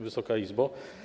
Wysoka Izbo!